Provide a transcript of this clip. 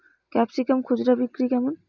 Capsicum খুচরা বিক্রি কেমন?